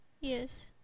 yes